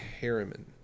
Harriman